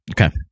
Okay